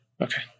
Okay